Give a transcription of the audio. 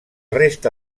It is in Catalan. resta